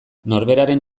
norberaren